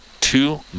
two